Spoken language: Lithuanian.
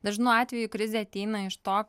dažnu atveju krizė ateina iš to